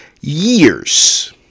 years